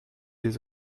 des